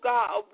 God